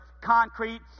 concrete